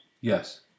Yes